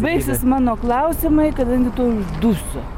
baigsis mano klausimai kadangi tuoj uždusiu